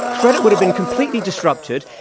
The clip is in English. credit would have been completely disrupted.